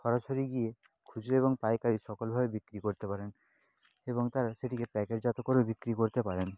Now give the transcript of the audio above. সরাসরি গিয়ে খুচরো এবং পাইকারি সকলভাবে বিক্রি করতে পারেন এবং তারা সেটিকে প্যাকেটজাত করেও বিক্রি করতে পারেন